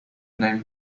name